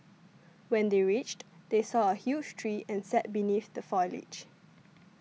when they reached they saw a huge tree and sat beneath the foliage